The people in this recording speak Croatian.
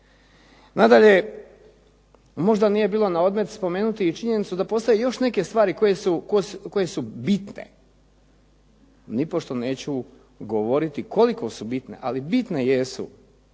Nadalje, možda nije bilo na odmet spomenuti i činjenicu da postoje još neke stvari koje su bitne. Nipošto neću govoriti koliko su bitne ali bitne jesu.